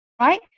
right